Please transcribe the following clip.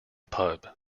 pub